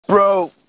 bro